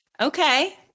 Okay